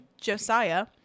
Josiah